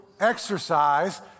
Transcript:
exercise